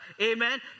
amen